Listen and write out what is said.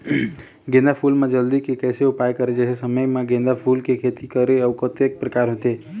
गेंदा फूल मा जल्दी के कैसे उपाय करें कैसे समय मा गेंदा फूल के खेती करें अउ कतेक प्रकार होथे?